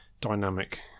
dynamic